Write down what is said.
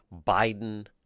Biden